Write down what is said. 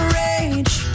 rage